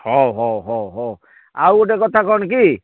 ହଉ ହଉ ହଉ ହଉ ଆଉ ଗୋଟେ କଥା କ'ଣ କି